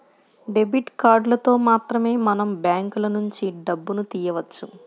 debit కార్డులతో మాత్రమే మనం బ్యాంకులనుంచి డబ్బును తియ్యవచ్చు